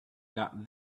got